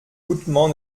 goutman